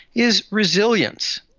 is resilience.